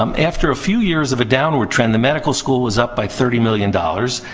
um after a few years of a downward trend, the medical school was up by thirty million dollars.